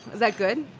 that good?